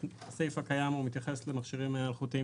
הסעיף הקיים מתייחס למכשירים אלחוטיים